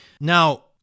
Now